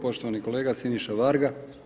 Poštovani kolega Siniša Varga.